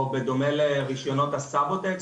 או בדומה לרישיונות הסובוטקס